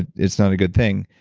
and it's not a good thing.